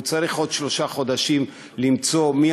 הוא צריך עוד שלושה חודשים למצוא מי